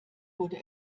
wurde